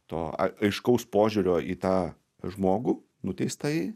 to aiškaus požiūrio į tą žmogų nuteistąjį